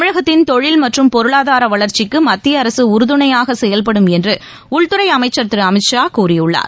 தமிழகத்தின் தொழில் மற்றும் பொருளாதார வளர்ச்சிக்கு மத்திய அரசு உறுதுணையாக செயல்படும் என்று உள்துறை அமைச்சர் திரு அமித் ஷா கூறியுள்ளார்